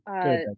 Good